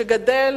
שגדל,